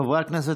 חברי הכנסת,